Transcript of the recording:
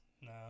no